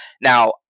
now